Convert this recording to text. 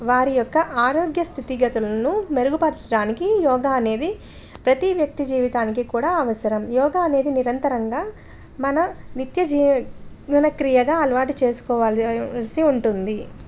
వారి యొక్క ఆరోగ్య స్థితిగతలను మెరుగుపరచడాానికి యోగ అనేది ప్రతి వ్యక్తి జీవితానికి కూడా అవసరం యోగ అనేది నిరంతరంగా మన నిత్యజీన క్రియగా అలవాటు చేసుకోవాల్సి ఉంటుంది